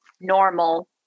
normal